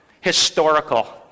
Historical